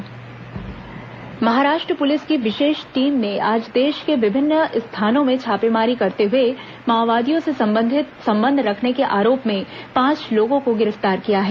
माओवादी समर्थक गिरफ्तार महाराष्ट्र पुलिस की विशेष टीम ने आज देश के विभिन्न स्थानों में छापेमारी करते हुए माओवादियों से संबंध रखने के आरोप में पांच लोगों को गिरफ्तार किया है